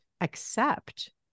accept